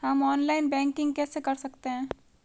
हम online banking कैसे कर सकते हैं?